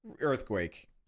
earthquake